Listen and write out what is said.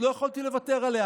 לא יכולתי לוותר עליה.